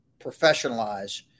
professionalize